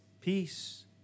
peace